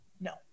No